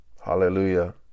Hallelujah